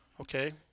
Okay